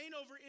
over